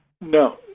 no